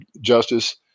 justice